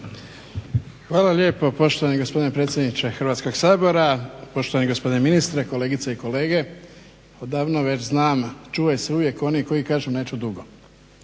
Hvala lijepo poštovani gospodine predsjedniče Hrvatskog sabora, poštovani gospodine ministre, kolegice i kolege. Odavno već znam, čuvaj se uvijek onih koji kažu neću dugo.